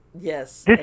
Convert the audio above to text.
Yes